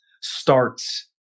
starts